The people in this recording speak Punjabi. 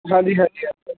ਹਾਂਜੀ ਹਾਂਜੀ